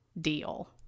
deal